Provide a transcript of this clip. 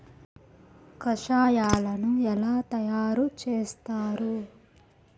కషాయాలను ఎలా తయారు చేస్తారు?